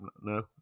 no